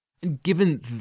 Given